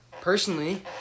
Personally